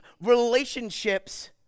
relationships